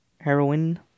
Heroin